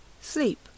sleep